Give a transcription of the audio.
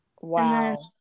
Wow